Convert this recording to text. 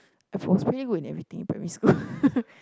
I was really good in everything primary school